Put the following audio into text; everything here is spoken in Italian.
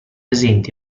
presenti